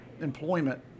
employment